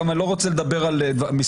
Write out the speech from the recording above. אני גם לא רוצה לדבר על מספרים,